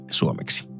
suomeksi